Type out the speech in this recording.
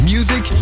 Music